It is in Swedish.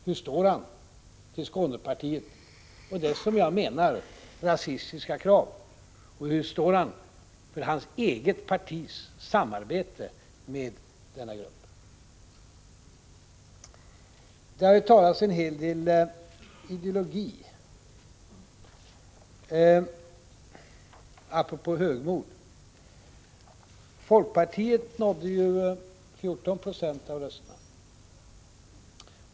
Hur ställer han sig till Skånepartiet och dess som jag menar rasistiska krav? Och hur ställer han sig till hans eget partis samarbete med denna grupp? Det har talats en hel del ideologi — apropå högmod. Folkpartiet fick 14 90 av rösterna.